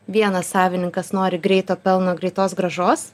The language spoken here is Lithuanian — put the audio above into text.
vienas savininkas nori greito pelno greitos grąžos